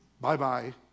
Bye-bye